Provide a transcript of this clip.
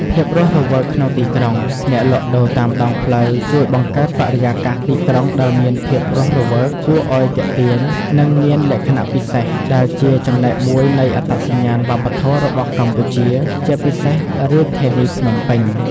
ភាពរស់រវើកក្នុងទីក្រុង អ្នកលក់ដូរតាមដងផ្លូវជួយបង្កើតបរិយាកាសទីក្រុងដែលមានភាពរស់រវើក គួរឱ្យទាក់ទាញ និងមានលក្ខណៈពិសេស ដែលជាចំណែកមួយនៃអត្តសញ្ញាណវប្បធម៌របស់កម្ពុជា ជាពិសេសរាជធានីភ្នំពេញ ។